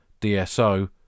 DSO